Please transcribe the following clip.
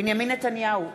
בנימין נתניהו,